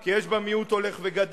כי יש בה מיעוט הולך וגדל,